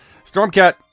Stormcat